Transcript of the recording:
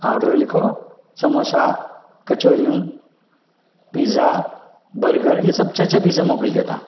हा ऑडरु लिखो सम्बोसा कचोरियूं पिज़्ज़ा बर्गर इहे सभु छह छह पिस मोकिलिजो तव्हां